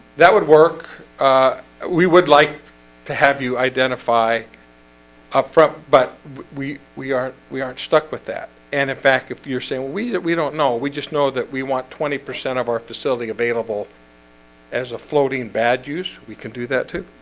that would work ah we would like to have you identify up front, but we we aren't we aren't stuck with that and in fact, if you're saying we that we don't know. we just know that we want twenty percent of our facility available as a floating bad use we can do that yeah,